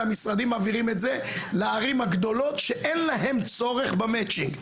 והמשרדים מעבירים את זה לערים הגדולות שאין להם צורך במצ'ינג,